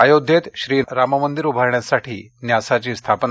अयोध्येत श्री राम मंदिर उभारण्यासाठी न्यासाची स्थापना